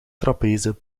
trapeze